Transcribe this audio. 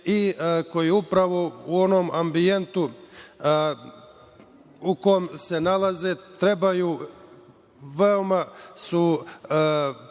i koji u onom ambijentu u kom se nalaze trebaju, veoma su